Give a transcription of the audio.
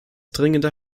dringender